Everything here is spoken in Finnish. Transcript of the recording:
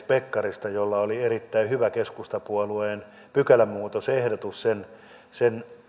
pekkarista jolla oli erittäin hyvä keskustapuolueen pykälämuutosehdotus sen sen